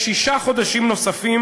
בשישה חודשים נוספים,